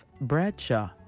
Bradshaw